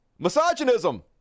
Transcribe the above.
misogynism